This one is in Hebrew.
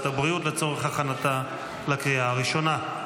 הבריאות לצורך הכנתה לקריאה הראשונה.